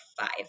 five